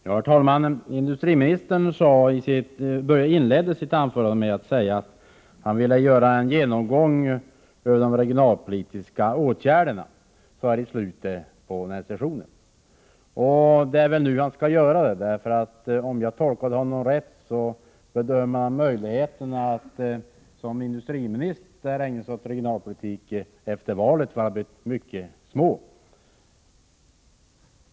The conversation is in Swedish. Herr talman! Industriministern inledde sitt anförande med att säga att han ville göra en genomgång över de regionalpolitiska åtgärderna så här i slutet på sessionen. Det är väl nu han bör göra detta. Om jag tolkat honom rätt bedömer han möjligheterna att som industriminister få ägna sig åt regionalpolitik efter valet som mycket små.